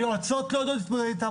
היועצות לא יודעות להתמודד איתם.